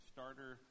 Starter